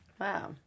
Wow